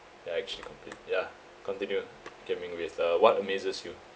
that I actually complete yeah continue Kian Ming with uh what amazes you